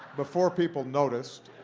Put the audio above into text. before people noticed,